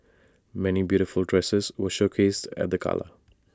many beautiful dresses were showcased at the gala